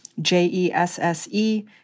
J-E-S-S-E